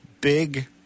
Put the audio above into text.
big